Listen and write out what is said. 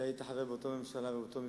אתה היית חבר באותה ממשלה ובאותה מפלגה.